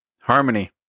Harmony